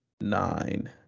nine